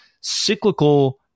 cyclical